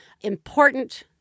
important